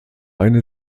eine